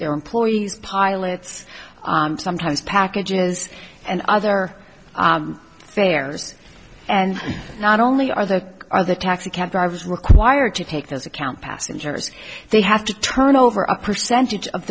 their employees pilots sometimes packages and other fares and not only are those are the taxicab drivers required to take those account passengers they have to turn over a percentage of